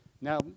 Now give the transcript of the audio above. now